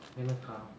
எனக்கா:enakkaa